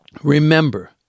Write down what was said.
Remember